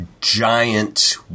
giant